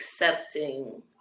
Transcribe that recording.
accepting